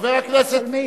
חבר הכנסת בר-און.